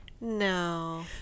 No